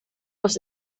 was